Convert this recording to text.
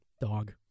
Dog